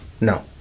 no